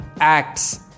acts